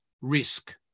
risk